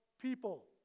people